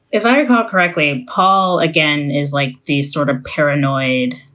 if i recall correctly? paul, again, is like these sort of paranoid,